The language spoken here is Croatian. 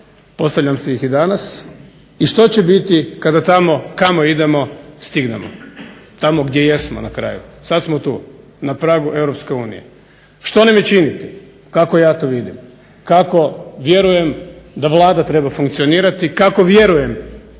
postavljam si ih i danas, i što će biti kada tamo kamo idemo stignemo? Tamo gdje jesmo na kraju, sad smo tu na pragu EU. Što nam je činiti? Kako ja to vidim, kako vjerujem da Vlada treba funkcionirati, kako vjerujem,